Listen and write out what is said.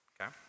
Okay